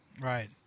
Right